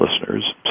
listeners